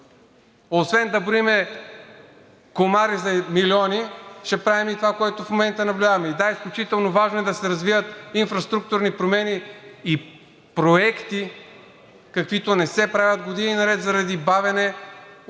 Освен да броим комари за милиони, ще правим и това, което в момента наблюдаваме. Да, изключително важно е да се развият инфраструктурни промени и проекти, каквито не се правят години наред заради бавене